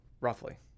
roughly